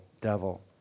devil